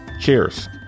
Cheers